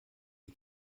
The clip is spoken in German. die